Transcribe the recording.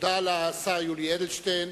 תודה לשר יולי אדלשטיין.